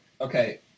Okay